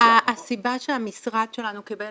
הסיבה שהמשרד שלנו קיבל